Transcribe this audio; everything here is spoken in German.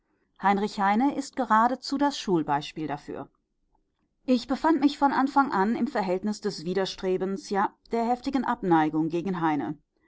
heinrich heine ist geradezu das schulbeispiel dafür ich befand mich von anfang an im verhältnis des widerstrebens ja der heftigen abneigung gegen heine